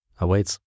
awaits